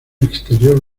exterior